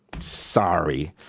Sorry